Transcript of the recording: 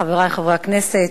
חברי חברי הכנסת,